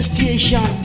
Station